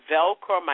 Velcro